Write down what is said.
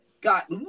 got